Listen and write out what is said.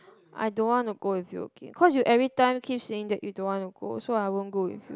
I don't want to go with you okay cause you every time keep saying that you don't want to go so I won't go with